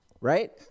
Right